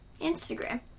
Instagram